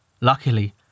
Luckily